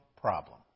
problem